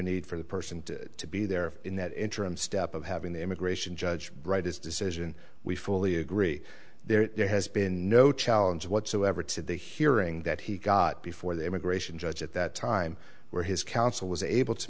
need for the person to be there in that interim step of having the immigration judge write his decision we fully agree there has been no challenge whatsoever to the hearing that he got before the immigration judge at that time where his counsel was able to